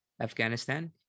Afghanistan